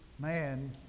man